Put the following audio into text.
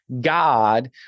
God